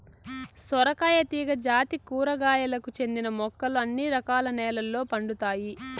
సొరకాయ తీగ జాతి కూరగాయలకు చెందిన మొక్కలు అన్ని రకాల నెలల్లో పండుతాయి